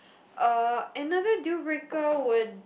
uh another deal breaker would